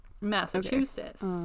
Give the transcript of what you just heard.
Massachusetts